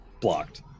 blocked